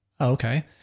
Okay